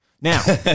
Now